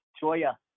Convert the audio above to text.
Choya